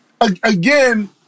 again